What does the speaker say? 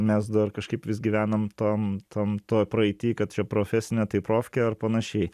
mes dar kažkaip vis gyvenam tam tam to praeity kad čia profesinė tai profkė ar panašiai